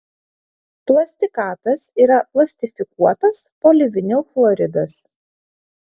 plastikatas yra plastifikuotas polivinilchloridas